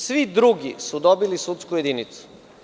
Svi drugi su dobili sudsku jedinicu.